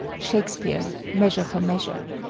shakespeare, measure for measure.